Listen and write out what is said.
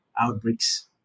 outbreaks